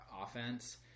offense